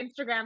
Instagram